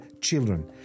children